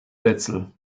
wetzel